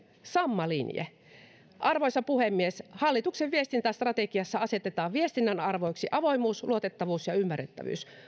samma linje arvoisa puhemies hallituksen viestintästrategiassa asetetaan viestinnän arvoiksi avoimuus luotettavuus ja ymmärrettävyys